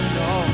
no